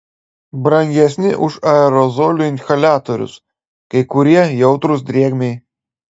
brangesni už aerozolių inhaliatorius kai kurie jautrūs drėgmei